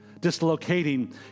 dislocating